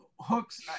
Hooks